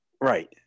Right